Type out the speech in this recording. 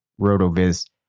RotoViz